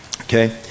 Okay